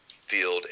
field